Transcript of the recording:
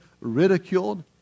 ridiculed